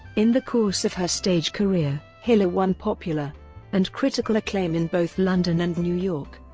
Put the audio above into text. in the course of her stage career, hiller won popular and critical acclaim in both london and new york.